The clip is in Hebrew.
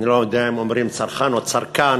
אני לא יודע אם אומרים צרכן או צרכּן,